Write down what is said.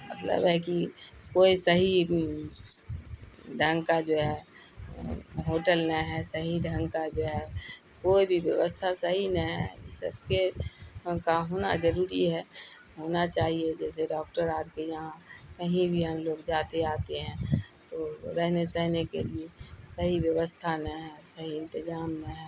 مطلب ہے کہ کوئی صحیح ڈھنگ کا جو ہے ہوٹل نہیں ہے صحیح ڈھنگ کا جو ہے کوئی بھی ووستھا صحیح نہ ہے سب کے کا ہونا ضروری ہے ہونا چاہیے جیسے ڈاکٹر آر کے یہاں کہیں بھی ہم لوگ جاتے آتے ہیں تو رہنے سہنے کے لیے صحیح ووستھا نہ ہے صحیح انتظام نہ ہے